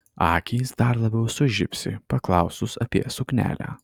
akys dar labiau sužibsi paklausus apie suknelę